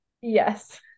Yes